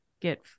get